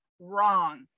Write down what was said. wrong